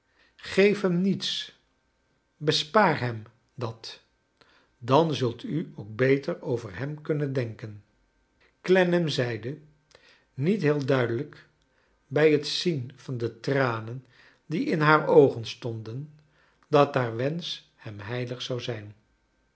geef hem niets bespaar hem dat dan zult u ook beter over hem kunnen denken clennam zeide niet heel duidelijk bij het zien van de tranen die in haar oogen stonden dat haar wensch hem hei'lig zou zijn